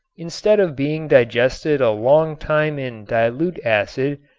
instead of being digested a long time in dilute acid,